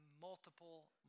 multiple